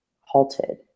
halted